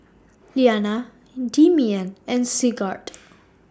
Iliana Demian and Sigurd